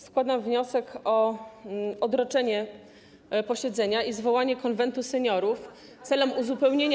Składam wniosek o odroczenie posiedzenia i zwołanie Konwentu Seniorów celem uzupełnienia.